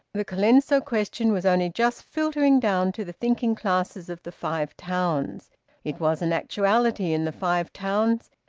the colenso question was only just filtering down to the thinking classes of the five towns it was an actuality in the five towns,